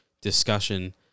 discussion